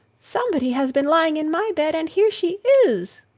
somebody has been lying in my bed and here she is!